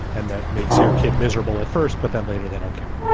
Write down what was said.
and that makes your kid miserable at first. but then later, they don't care.